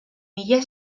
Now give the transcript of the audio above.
mila